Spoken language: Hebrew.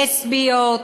לסביות,